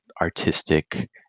artistic